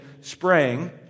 sprang